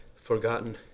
forgotten